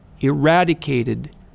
Eradicated